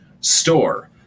store